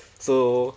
so